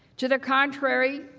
to the contrary,